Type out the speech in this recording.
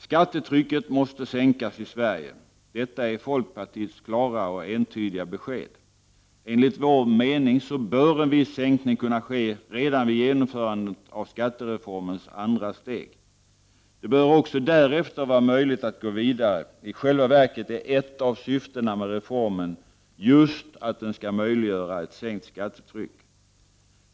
Skattetrycket måste sänkas i Sverige. Detta är folkpartiets klara och entydiga besked. Enligt vår mening bör en viss sänkning kunna ske redan vid genomförandet av skattereformens andra steg. Det bör också därefter vara möjligt att gå vidare. I själva verket är ett av syftena med reformen just att den skall möjliggöra ett sänkt skattetryck.